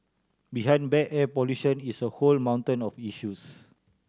behind bad air pollution is a whole mountain of issues